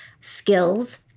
skills